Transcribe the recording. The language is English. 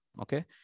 Okay